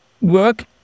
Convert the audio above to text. work